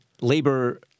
labor